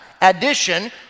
addition